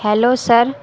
hello sir